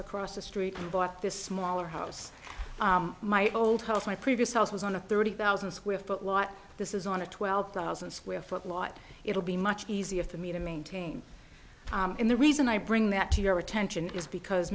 across the street and bought this smaller house my old house my previous house was on a thirty thousand square foot lot this is on a twelve thousand square foot lot it'll be much easier for me to maintain and the reason i bring that to your attention is because